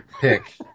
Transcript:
pick